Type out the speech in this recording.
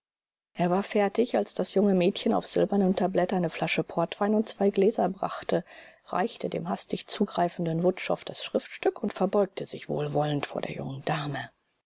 er war fertig als das junge mädchen auf silbernem tablett eine flasche portwein und zwei gläser brachte reichte dem hastig zugreifenden wutschow das schriftstück und verbeugte sich wohlwollend vor der jungen dame